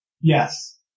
Yes